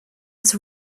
was